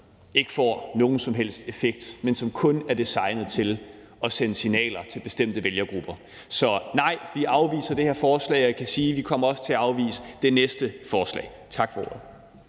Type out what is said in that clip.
ikke får nogen som helst effekt, men som kun er designet til at sende signaler til bestemte vælgergrupper. Så nej, vi afviser det her forslag, og jeg kan sige, at vi også kommer til at afvise det næste forslag. Tak for